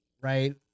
right